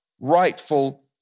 rightful